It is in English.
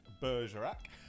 Bergerac